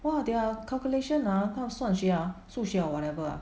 !wah! their calculation ah 他的算学 ah 数学 ah or whatever ah